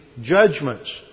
judgments